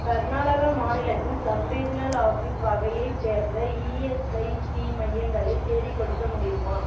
கர்நாடக மாநிலத்தில் subregional office வகையைச் சேர்ந்த இஎஸ்ஐசி மையங்களைத் தேடிக்கொடுக்க முடியுமா